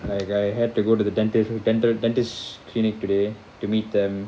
like I had to go to the dentist dental dentist clinic today to meet them